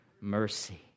Mercy